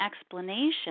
explanation